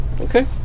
Okay